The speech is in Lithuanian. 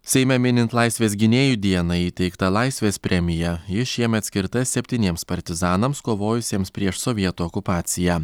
seime minint laisvės gynėjų dieną įteikta laisvės premija ji šiemet skirta septyniems partizanams kovojusiems prieš sovietų okupaciją